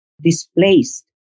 displaced